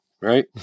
Right